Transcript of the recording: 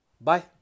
bye